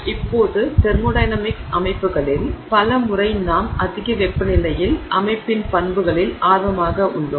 இப்போது தெர்மோடையனமிக்ஸ் அமைப்புகளில் பல முறை நாம் அதிக வெப்பநிலையில் அமைப்பின் பண்புகளில் ஆர்வமாக உள்ளோம்